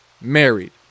married